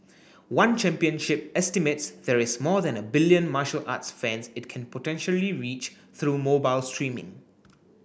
one Championship estimates there is more than a billion martial arts fans it can potentially reach through mobile streaming